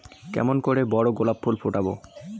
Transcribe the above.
কেমন করে বড় গোলাপ ফুল ফোটাব?